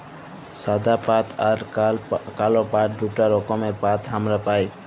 সাদা পাট আর কাল পাট দুটা রকমের পাট হামরা পাই